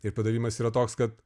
ir padavimas yra toks kad